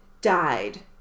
died